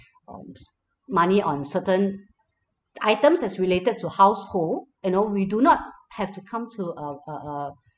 um money on certain items that's related to household you know we do not have to come to a uh uh